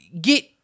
Get